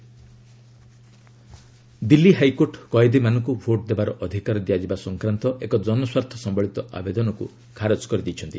PIL Delhi high court କଏଦୀମାନଙ୍କୁ vote ଦେବାର ଅଧିକାର ଦିଆଯିବା ସଂକ୍ରାନ୍ତ ଏକ ଜନସ୍ୱାର୍ଥ ସମ୍ପଳିତ ଆବେଦନକ୍ର ଖାରଜ କରିଦେଇଛନ୍ତି